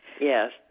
Yes